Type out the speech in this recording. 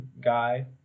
guy